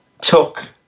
took